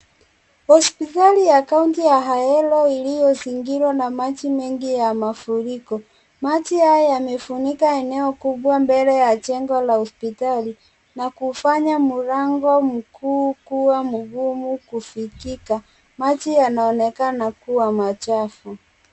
Hospitali ya kaunti ya Ahero iliyozingirwa na maji mengi ya mafuriko maji haya yamefunika eneo kubwa mbele ya jengo la hospitali na kufanya mlango mkuu kuwa mgumu kufikika, maji yanaonekana kuwa machafu.